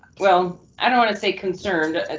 well. i don't want to say concerned.